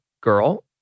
girl